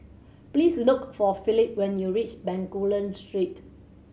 please look for Phillip when you reach Bencoolen Street